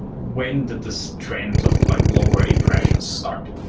when did this trend of like lower impressions start,